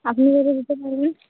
আপনি যদি দিতে পারবেন